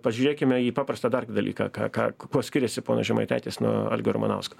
pažiūrėkime į paprastą dar dalyką ką ką kuo skiriasi ponas žemaitaitis nuo algio ramanausko